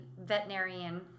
veterinarian